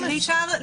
אם אפשר,